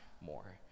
more